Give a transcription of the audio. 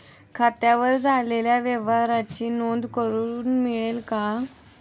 खात्यावर झालेल्या व्यवहाराची नोंद करून मिळेल का?